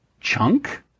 Chunk